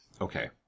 okay